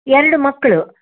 ಎರಡು ಮಕ್ಕಳು